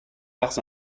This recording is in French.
arts